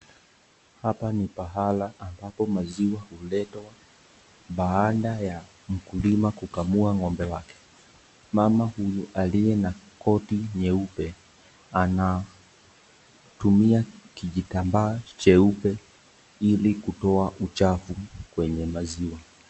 Hapa ni pahala ambapo maziwa huletwa baada ya mkulima kukamua ng'ombe wake. Mama huyu aliye na koti nyeupe anatumia kijitamba cheupe ili kutoa uchafu kwenye maziwa.